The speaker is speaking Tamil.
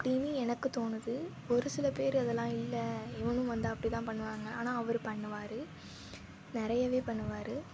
அப்படின்னு எனக்கு தோணுது ஒரு சில பேர் அதெல்லாம் இல்லை இவனும் வந்தால் அப்படி தான் பண்ணுவாங்க ஆனால் அவர் பண்ணுவார் நிறையாவே பண்ணுவார்